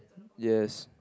yes